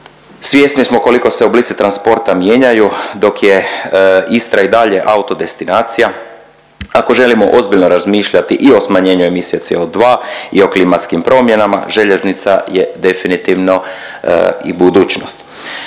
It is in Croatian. Svjesni smo koliko se oblici transporta mijenjaju dok je Istra i dalje autodestinacija, ako želimo ozbiljno razmišljati i o smanjenju emisije CO2 i o klimatskim promjenama željeznica je definitivno i budućnost.